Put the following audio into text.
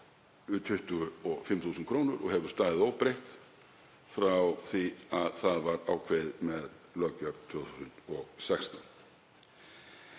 er 25.000 kr. og hefur staðið óbreytt frá því að það var ákveðið með löggjöf 2016.